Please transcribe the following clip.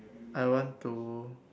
I want to